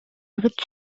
урут